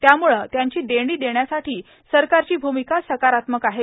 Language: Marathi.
त्यामुळं त्यांची देणी देण्यासाठी सरकारची भूमिका सकारात्मक आहे